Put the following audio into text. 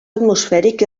atmosfèric